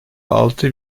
altı